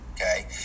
okay